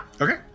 Okay